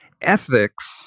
Ethics